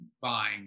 buying